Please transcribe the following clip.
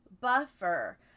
buffer